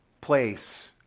place